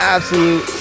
Absolute